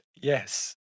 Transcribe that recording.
Yes